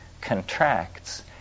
contracts